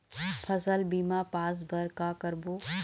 फसल बीमा पास बर का करबो?